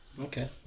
Okay